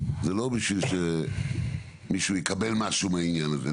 זה לא בשביל שמישהו יקבל משהו מהעניין הזה.